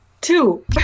Two